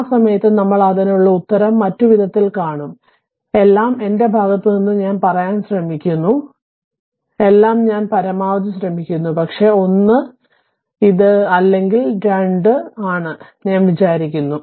ആ സമയത്ത് നമ്മൾ അതിനുള്ള ഉത്തരം മറ്റു വിധത്തിൽ കാണും എല്ലാം എന്റെ ഭാഗത്ത് നിന്ന് എല്ലാം പറയാൻ ശ്രമിക്കുന്നു എല്ലാം പറയാൻ ഞാൻ പരമാവധി ശ്രമിക്കുന്നു പക്ഷേ ഇത് 1 അല്ലെങ്കിൽ 2 ആണ് ഞാൻ വിചാരിക്കുന്നു